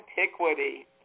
antiquity